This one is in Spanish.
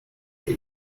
que